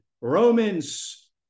Romans